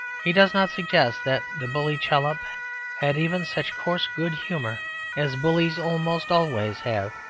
he does not suggest that the bully chollop had even such coarse good-humour as bullies almost always have.